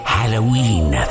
Halloween